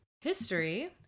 history